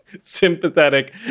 sympathetic